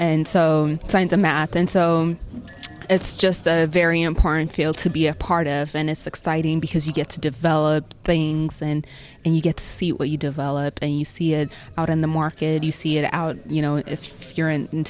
and math and so it's just a very important field to be a part of and it's exciting because you get to develop things and and you get to see what you develop and you see it out on the market you see it out you know if you're